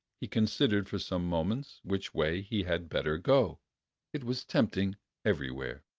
he considered for some moments which way he had better go it was tempting everywhere.